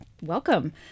Welcome